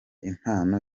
impano